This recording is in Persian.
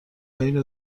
اینو